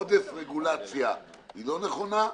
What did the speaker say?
עודף רגולציה היא לא נכונה.